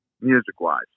Music-wise